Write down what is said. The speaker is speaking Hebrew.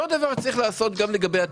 אותו דבר צריך לעשות גם לגבי התעשייה.